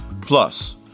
Plus